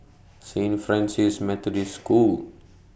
Saint Francis Methodist School